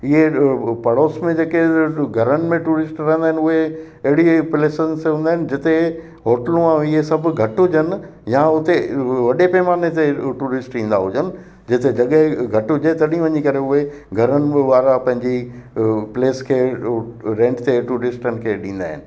इहे पड़ोस में जे के घरनि में टूरिस्ट रहंदा आहिनि उहे अहिड़ी प्लेसन्स ते हूंदा आहिनि जिते होटलूं ऐं इहे सभु घटि हुजनि या हुते वॾे पैमाने ते टूरिस्ट ईंदा हुजनि जिते जॻह घटि हुजे तॾहिं वञी करे उहे घरनि वारा पंहिंजी प्लेस खे रेंट ते टूरिस्टनि खे ॾींदा आहिनि